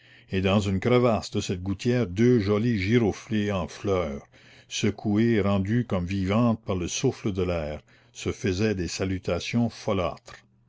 et dans une crevasse de cette gouttière deux jolies giroflées en fleur secouées et rendues comme vivantes par le souffle de l'air se faisaient des salutations